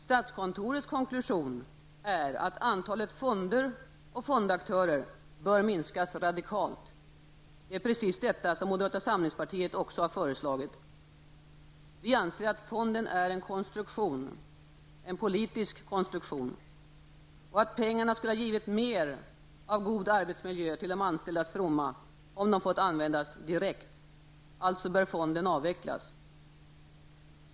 Statskontorets konklusion är att antalet fonder och fondaktörer bör minskas radikalt. Precis detta har moderata samlingspartiet också föreslagit. Vi anser att fonden är en politisk konstruktion och att pengarna skulle ha givit mer av god arbetsmiljö till de anställdas fromma, om de fått användas direkt. Alltså bör fonden avvecklas.